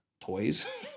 toys